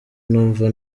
numva